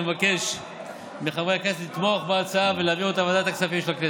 אני מבקש מחברי הכנסת לתמוך בהצעה ולהעביר אותה לוועדת הכספים של הכנסת.